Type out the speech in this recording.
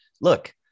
look